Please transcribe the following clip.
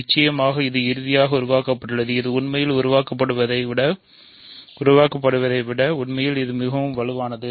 நிச்சயமாக இது இறுதியாக உருவாக்கப்படுகிறது இது உண்மையில் உருவாக்கப்படுவதை விட உண்மையில் மிகவும் வலுவானது